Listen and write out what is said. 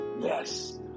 Yes